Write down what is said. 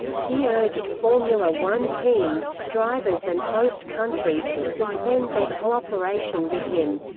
he urged formula one teams, drivers and host countries to suspend their cooperation with him.